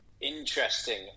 Interesting